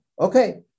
Okay